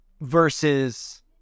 versus